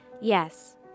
Yes